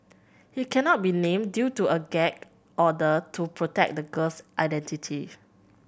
he cannot be named due to a gag order to protect the girl's identity